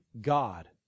God